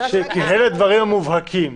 כי אלה הדברים המובהקים.